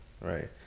right